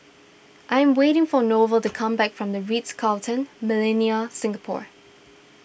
I am waiting for Norval to come back from the Ritz Carlton Millenia Singapore